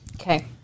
Okay